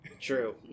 True